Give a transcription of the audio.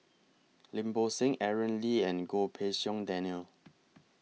Lim Bo Seng Aaron Lee and Goh Pei Siong Daniel